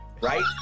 Right